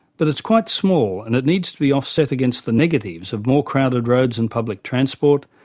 but it's quite small and it needs to be offset against the negatives of more crowded roads and public transport,